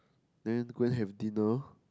then go and have dinner